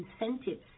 incentives